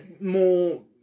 more